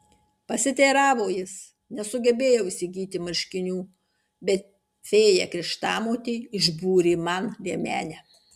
pasiteiravo jis nesugebėjau įsigyti marškinių bet fėja krikštamotė išbūrė man liemenę